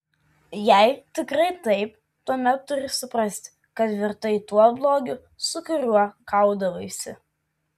jei tikrai taip tuomet turi suprasti kad virtai tuo blogiu su kuriuo kaudavaisi